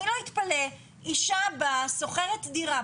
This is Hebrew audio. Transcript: אני לא אתפלא, אישה באה, שוכרת דירה.